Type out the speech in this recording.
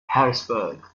harrisburg